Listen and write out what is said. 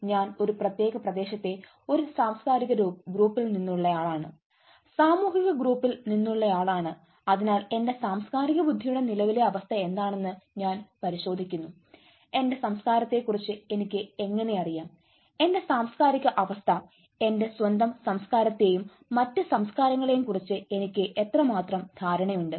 ഞാൻ ഒരു പ്രത്യേക പ്രദേശത്തെ ഒരു സാംസ്കാരിക ഗ്രൂപ്പിൽ നിന്നുള്ളയാളാണ് സാമൂഹിക ഗ്രൂപ്പിൽ നിന്നുള്ളയാളാണ് അതിനാൽ എന്റെ സാംസ്കാരിക ബുദ്ധിയുടെ നിലവിലെ അവസ്ഥ എന്താണെന്ന് ഞാൻ പരിശോധിക്കുന്നു എന്റെ സംസ്കാരത്തെക്കുറിച്ച് എനിക്ക് എങ്ങനെ അറിയാം എന്റെ സാംസ്കാരിക അവസ്ഥ എന്റെ സ്വന്തം സംസ്കാരത്തെയും മറ്റ് സംസ്കാരങ്ങളെയും കുറിച്ച് എനിക്ക് എത്രമാത്രം ധാരണയുണ്ട്